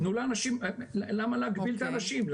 תנו לאנשים, למה להגביל את האנשים?